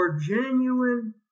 genuine